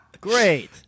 Great